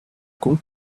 cũng